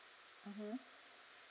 mmhmm